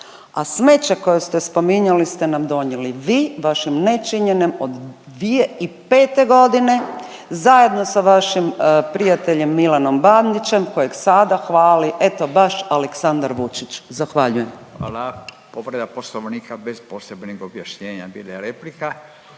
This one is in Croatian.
a smeće koje ste spominjali ste nam donijeli vi vašim nečinjenjem od 2005. g. zajedno sa vašim prijateljem Milanom Bandićem kojeg sada hvali, eto, baš Aleksandar Vučić. Zahvaljujem. **Radin, Furio (Nezavisni)** Hvala. Povreda Poslovnika bez posebnih objašnjenja, bila je replika.